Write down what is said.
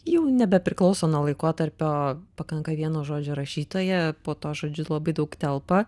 jau nebepriklauso nuo laikotarpio pakanka vieno žodžio rašytoja po tuo žodžiu labai daug telpa